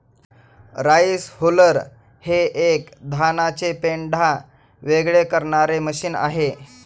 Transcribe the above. rice huller हे एक धानाचे पेंढा वेगळे करणारे मशीन आहे